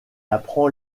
apprend